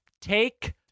take